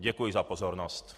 Děkuji za pozornost.